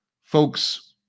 folks